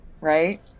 right